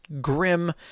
grim